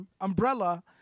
umbrella